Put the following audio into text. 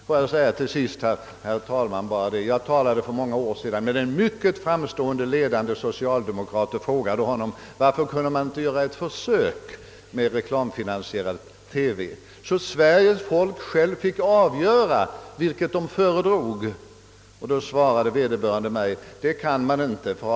För många år sedan talade jag om dessa saker med en mycket framstående ledande socialdemokrat och frågade honom då varför man inte kunde göra ett försök med reklamfinansierad TV och låta Sveriges folk självt avgöra, vilket system som var att föredraga. På det svarade vederbörande: »Det är otänkbart.